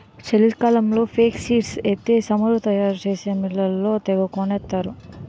చలికాలంలో ఫేక్సీడ్స్ ఎత్తే సమురు తయారు చేసే మిల్లోళ్ళు తెగకొనేత్తరు